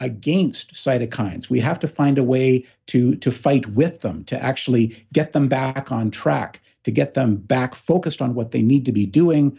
against cytokines. we have to find a way to to fight with them, to actually get them back on track, to get them back focused on what they need to be doing,